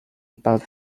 about